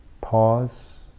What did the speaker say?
pause